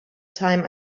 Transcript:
time